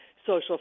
social